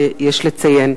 יש לציין.